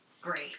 great